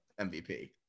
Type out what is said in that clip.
MVP